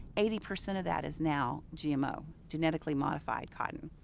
eighty percent of that is now gmo, genetically modified cotton.